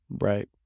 right